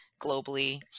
globally